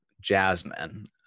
Jasmine